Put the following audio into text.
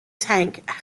tank